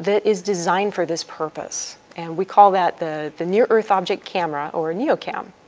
that is designed for this purpose. and we call that the the near earth object camera, or neo-cam.